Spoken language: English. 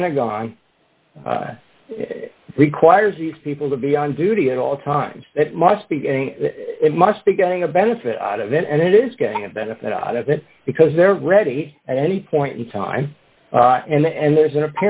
pentagon requires these people to be on duty at all times it must be getting it must be getting a benefit out of it and it is getting a benefit out of it because they're ready at any point in time and there's